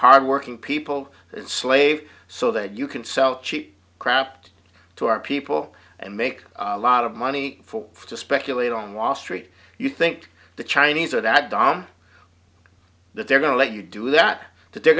hardworking people slave so that you can sell cheap crap to our people and make a lot of money for to speculate on wall street you think the chinese are that dumb that they're going to let you do that that they're